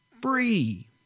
free